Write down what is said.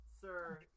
sir